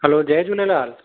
हलो जय झूलेलाल